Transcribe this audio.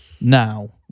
now